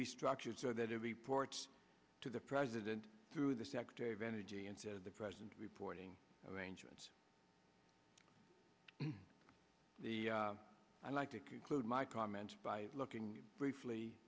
restructured so that it reports to the president through the secretary of energy and to the president reporting arrangement i'd like to conclude my comment by looking briefly